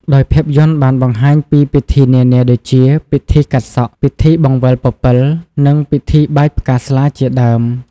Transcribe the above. ដោយភាពយន្តបានបង្ហាញពីពិធីនានាដូចជា ពិធីកាត់សក់ ពិធីបង្វិលពពិល និងពិធីបាចផ្កាស្លា ជាដើម។